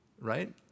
right